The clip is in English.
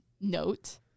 note